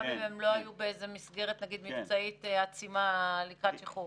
גם אם הן לא היו במסגרת מבצעית עצימה לקראת שחרור.